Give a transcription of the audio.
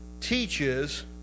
teaches